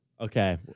Okay